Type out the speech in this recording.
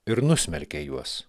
ir nusmerkė juos